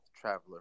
Traveler